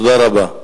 תודה רבה.